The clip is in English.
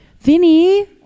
Vinny